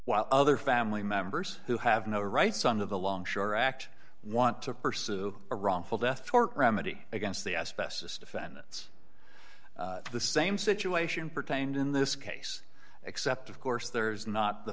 while other family members who have no rights under the longshore act want to pursue a wrongful death tort remedy against the asbestos defendants the same situation pertained in this case except of course there is not the